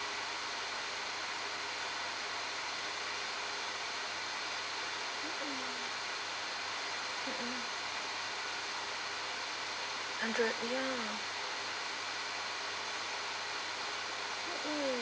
Android ya mmhmm